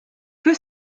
que